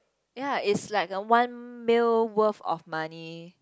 ya it's like a one meal worth of money